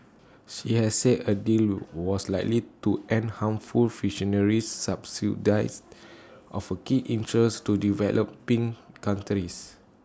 she has said A deal was likely to end harmful fisheries subsidies of keen interest to developing countries